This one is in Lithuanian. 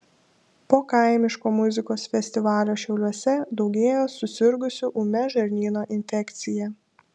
po kaimiško muzikos festivalio šiauliuose daugėja susirgusių ūmia žarnyno infekcija